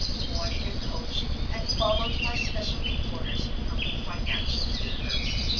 borne in a coach and followed by special reporters from the financial papers.